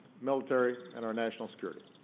military and our national security